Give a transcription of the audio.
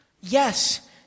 Yes